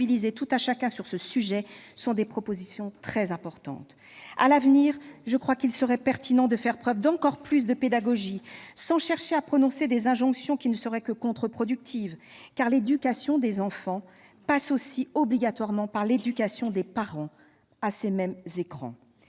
tout un chacun sur le sujet sont des propositions très importantes. À l'avenir, il serait pertinent de faire preuve d'encore plus de pédagogie, sans chercher à prononcer des injonctions qui ne seraient que contre-productives, car l'éducation des enfants aux écrans passe obligatoirement par l'éducation des parents à ces mêmes écrans.